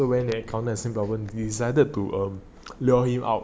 so then they they decided to err lure him out